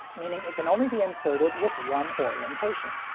meaning it can only be inserted with one orientation.